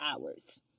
hours